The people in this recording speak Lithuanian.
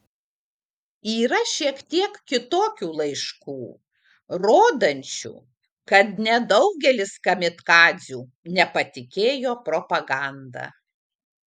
yra šiek tiek kitokių laiškų rodančių kad nedaugelis kamikadzių nepatikėjo propaganda